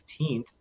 15th